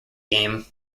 game